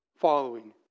following